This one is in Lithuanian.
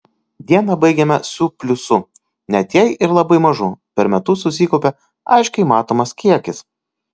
dieną baigiame su pliusu net jei ir labai mažu per metus susikaupia aiškiai matomas kiekis